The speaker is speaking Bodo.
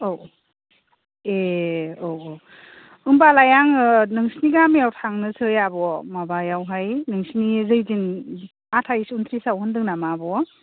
औ ए औ औ होनबालाय आङो नोंसोरनि गामियाव थांनोसै आब' माबायावहाय नोंसोरनि जैदिन आथायस उन्त्रिसाव होन्दों नामा आब'